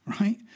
right